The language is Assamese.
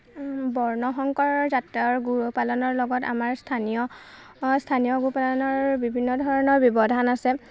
বৰ্ণ সংকৰৰ জাতৰ গৰুপালনৰ লগত আমাৰ স্থানীয় স্থানীয় গো পালনৰ বিভিন্ন ধৰণৰ ব্যৱধান আছে